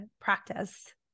practice